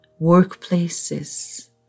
workplaces